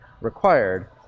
required